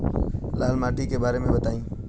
लाल माटी के बारे में बताई